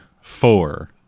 four